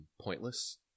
Pointless